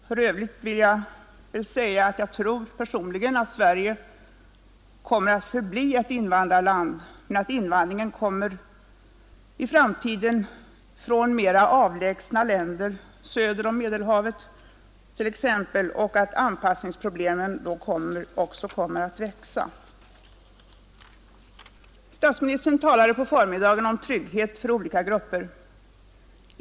För övrigt tror jag personligen att Sverige kommer att förbli ett invandrarland men att invandringen i framtiden kommer från mer avlägsna länder, söder om Medelhavet t.ex., och att anpassningsproblemen då också kommer att växa. Statsministern talade i förmiddags om trygghet för olika grupper.